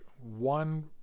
one